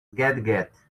gadget